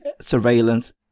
surveillance